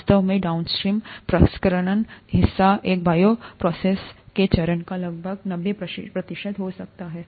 वास्तव में डाउनस्ट्रीम प्रसंस्करण हिस्सा इस बायोप्रोसेस के चरणों का लगभग 90 प्रतिशत हो सकता है